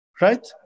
Right